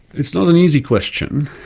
it's not an easy question,